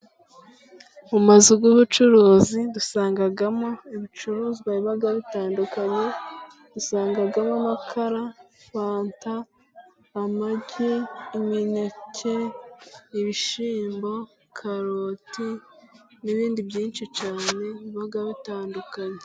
Mu mazu y'ubucuruzi dusangamo ibicuruzwa biba bitandukanye, dusangamo amakara, fanta, amagi, imineke, ibishyimbo, karoti, n'ibindi byinshi cyane baba bitandukanye.